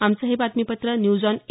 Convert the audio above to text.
आमचं हे बातमीपत्र न्यूज ऑन ए